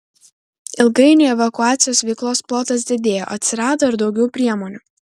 ilgainiui evakuacijos veiklos plotas didėjo atsirado ir daugiau priemonių